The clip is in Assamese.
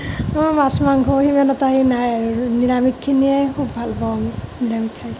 মোৰ মাছ মাংস সিমান এটা হেৰি নাই আৰু নিৰামিষখিনিয়ে খুব ভাল পাওঁ আমি নিৰামিষ খাই